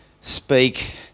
speak